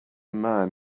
man